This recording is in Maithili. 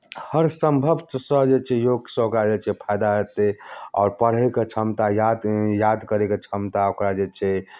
हर सम्भवसँ जे छै योगसँ ओकरा जे छै फायदा हेतै आओर पढ़ैके क्षमता याद याद करैके क्षमता ओकरा जे छै